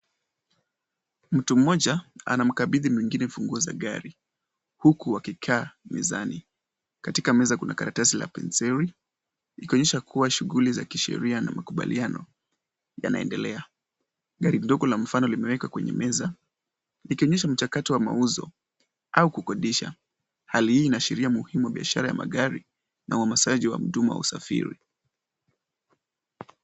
Mtu mmoja anamkabidhi mwingine funguo za gari huku wakikaa mezani. Katika meza kuna karatasi la penseli ikionyesha kuwa shughuli za kisheria na makubaliano yanaendelea. Gari ndogo la mfano limewekwa kwenye meza ikionyesha mchakato wa mauzo au kukodisha. Hali hii inaashiria umuhimu wa biashara ya magari na uhamasaji wa huduma wa usafiri.